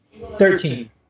Thirteen